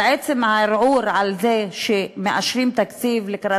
על עצם הערעור על זה שמאשרים תקציב לקראת